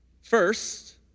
First